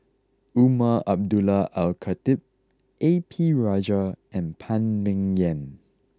Umar Abdullah Al Khatib A P Rajah and Phan Ming Yen